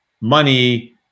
money